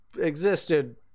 existed